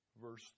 verse